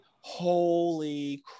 Holy